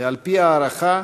ועל-פי ההערכה,